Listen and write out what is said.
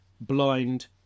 blind